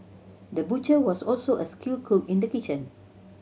the butcher was also a skilled cook in the kitchen